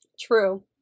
True